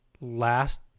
last